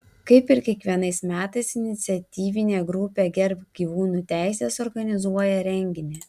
kaip ir kiekvienais metais iniciatyvinė grupė gerbk gyvūnų teises organizuoja renginį